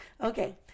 Okay